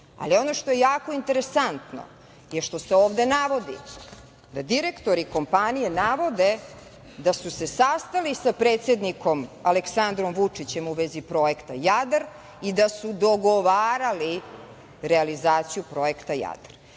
Ali ono što je jako interesantno je što se ovde navodi da direktori kompanije navode da su se sastali sa predsednikom Aleksandrom Vučićem u vezi Projekta „Jadar“ i da su dogovarali realizaciju Projekta